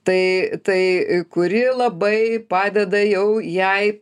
tai tai kuri labai padeda jau jai